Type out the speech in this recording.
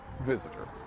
visitor